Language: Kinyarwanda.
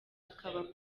hakaba